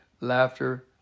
laughter